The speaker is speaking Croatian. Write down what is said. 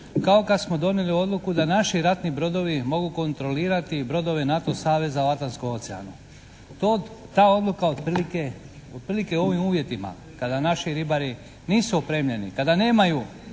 kao kad smo donijeli odluku da naši ratni brodovi mogu kontrolirati brodove NATO saveza u Atlanskom oceanu. To, ta odluka otprilike u ovim uvjetima kada naši ribari nisu opremljeni, kada nemaju,